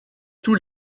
tous